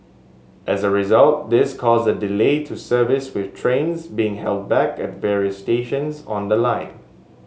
as a result this caused a delay to service with trains being held back at various stations on the line